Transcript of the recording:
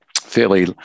fairly